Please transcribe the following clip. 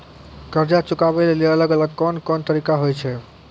कर्जा चुकाबै लेली अलग अलग कोन कोन तरिका होय छै?